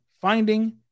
finding